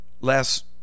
Last